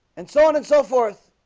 and so on and so forth,